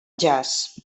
jazz